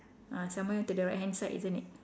ah somewhere to the right hand side isn't it